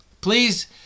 Please